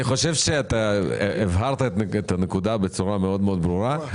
אני חושב שהבהרת את הנקודה בצורה מאוד מאוד ברורה.